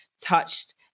touched